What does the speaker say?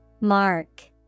Mark